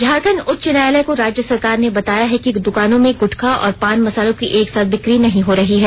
झारखंड उच्च न्यायालय को राज्य सरकार ने बताया है कि द्वकानों में गुटखा और पान मसालों की एक साथ बिक्री नहीं हो रही है